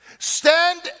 Stand